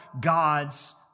God's